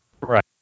Right